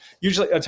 Usually